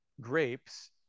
grapes